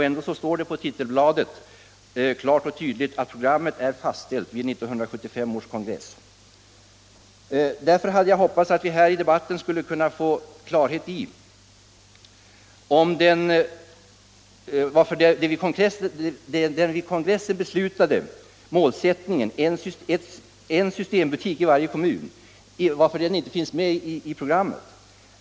Ändå står det på titelbladet klart och tydligt att programmet är fastställt vid 1975 års kongress. Jag hade hoppats att vi här i debatten skulle kunna få klarhet i varför den vid kongressen beslutade målsättningen — en systembutik i varje kommun — fattas.